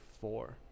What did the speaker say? four